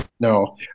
No